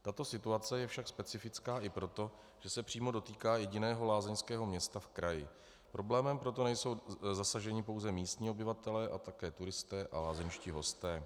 Tato situace je však specifická i proto, že se přímo dotýká jediného lázeňského města v kraji, problémem proto nejsou zasaženi pouze místní obyvatelé a také turisté a lázeňští hosté.